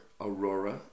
Aurora